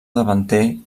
davanter